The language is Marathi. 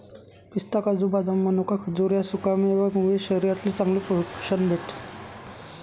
पिस्ता, काजू, बदाम, मनोका, खजूर ह्या सुकामेवा मुये शरीरले चांगलं पोशन भेटस